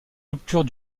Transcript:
rupture